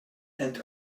and